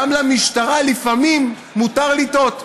גם למשטרה לפעמים מותר לטעות.